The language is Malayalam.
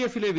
എഫിലെ വി